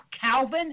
Calvin